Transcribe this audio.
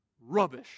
Rubbish